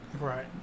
right